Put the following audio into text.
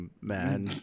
man